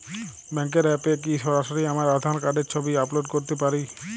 ব্যাংকের অ্যাপ এ কি সরাসরি আমার আঁধার কার্ডের ছবি আপলোড করতে পারি?